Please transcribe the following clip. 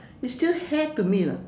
it's still hair to me lah